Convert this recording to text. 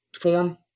form